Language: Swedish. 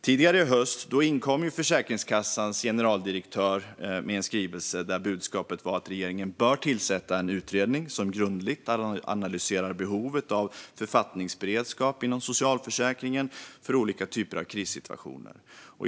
Tidigare i höst inkom Försäkringskassans generaldirektör med en skrivelse med budskapet att regeringen bör tillsätta en utredning som grundligt analyserar behovet av författningsberedskap inom socialförsäkringen för olika typer av krissituationer.